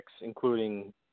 including